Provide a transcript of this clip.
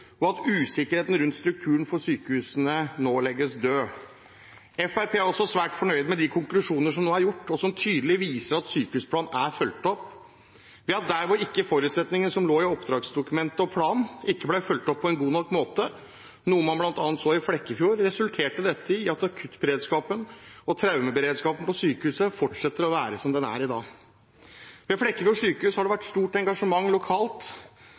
og at usikkerheten rundt strukturen for sykehusene legges død. Fremskrittspartiet er også svært fornøyd med de konklusjonene som nå er trukket. De viser tydelig at sykehusplanen er fulgt opp ved at der hvor forutsetningene som lå i oppdragsdokumentet og planen, ikke ble fulgt opp på en god nok måte, noe man bl.a. så i Flekkefjord, resulterte det i at akuttberedskapen og traumeberedskapen på sykehuset fortsetter å være som den er i dag. Ved Flekkefjord sykehus har det vært et stort engasjement lokalt,